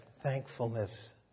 thankfulness